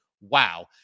wow